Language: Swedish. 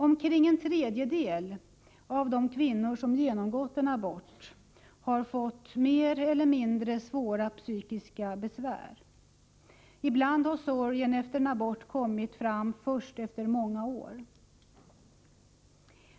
Omkring en tredjedel av de kvinnor som genomgått en abort har fått mer eller mindre svåra psykiska besvär. Ibland har sorgen efter en abort kommit fram först efter många år.